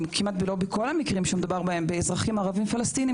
אם לא בכל המקרים שמדובר בהם באזרחים ערבים פלסטינים